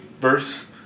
verse